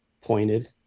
pointed